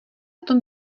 tom